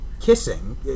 kissing